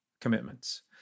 commitments